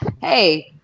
Hey